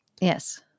Yes